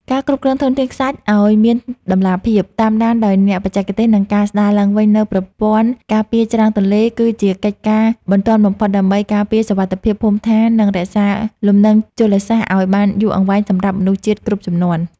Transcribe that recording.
ការគ្រប់គ្រងធនធានខ្សាច់ឱ្យមានតម្លាភាព តាមដានដោយអ្នកបច្ចេកទេស និងការស្តារឡើងវិញនូវប្រព័ន្ធការពារច្រាំងទន្លេ គឺជាកិច្ចការបន្ទាន់បំផុតដើម្បីការពារសុវត្ថិភាពភូមិឋាន និងរក្សាលំនឹងជលសាស្ត្រឱ្យបានយូរអង្វែងសម្រាប់មនុស្សជាតិគ្រប់ជំនាន់។